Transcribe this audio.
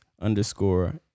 Underscore